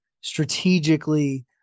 strategically